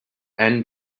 end